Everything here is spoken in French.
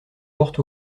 porte